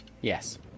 Yes